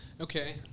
Okay